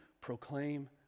proclaim